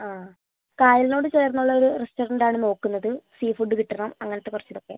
ആ കായലിനോട് ചേർന്നുള്ളൊരു റെസ്റ്റൊറെന്റ് ആണ് നോക്കുന്നത് സീ ഫുഡ്ഡ് കിട്ടണം അങ്ങനത്തെ കുറച്ചിതൊക്കെ